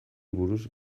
buruz